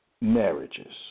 marriages